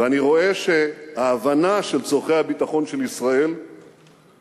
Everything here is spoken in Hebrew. ואני רואה שההבנה של צורכי הביטחון של ישראל מתחילה